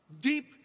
Deep